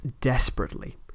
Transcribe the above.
desperately